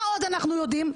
מה עוד אנחנו יודעים?